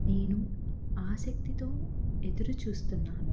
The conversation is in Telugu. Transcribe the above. నేను ఆసక్తితో ఎదురుచూస్తున్నాను